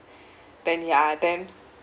then ya then